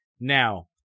Now